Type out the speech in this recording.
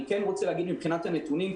אני כן רוצה להגיד מבחינת הנתונים,